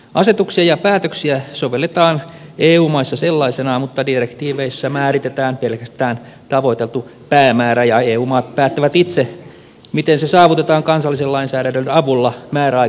asetuksia ja päätöksiä sovelletaan eu maissa sellaisenaan mutta direktiiveissä määritetään pelkästään tavoiteltu päämäärä ja eu maat päättävät itse miten se saavutetaan kansallisen lainsäädännön avulla määräaikaan mennessä